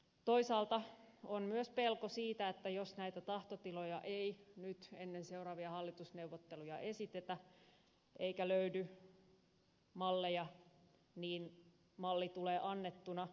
toisaalta on myös pelko siitä että jos näitä tahtotiloja ei nyt ennen seuraavia hallitusneuvotteluja esitetä eikä löydy malleja niin malli tulee annettuna